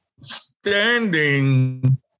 standing